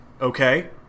okay